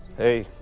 hey.